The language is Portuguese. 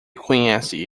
conhece